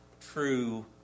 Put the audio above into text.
true